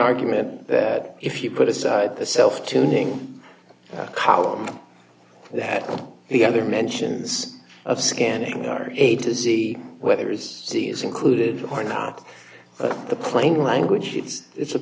argument that if you put aside the self tuning column that the other mentions of scanning our aid to see whether it's seas included or not the plain language hit